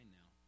now